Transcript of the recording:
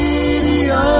Radio